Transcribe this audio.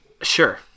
Sure